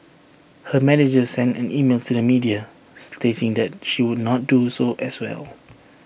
her manager sent an email to the media stating that she would not do so as well